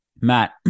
matt